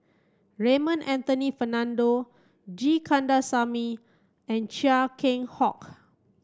Raymond Anthony Fernando G Kandasamy and Chia Keng Hock